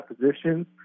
positions